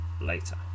later